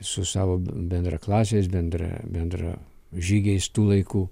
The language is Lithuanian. su savo bendraklasiais bendra bendra žygiais tų laikų